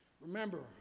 Remember